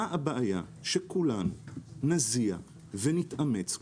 מה הבעיה שכולנו נזיע ונתאמץ,